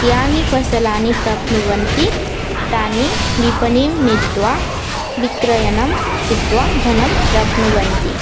यानि फसलानि प्राप्नुवन्ति तानि विपणीं नीत्वा विक्रयणं कृत्वा धनं प्राप्नुवन्ति